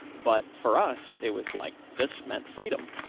but for us it was like, this meant freedom. ah,